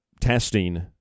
testing